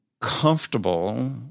comfortable